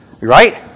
right